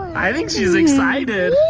i think she's excited!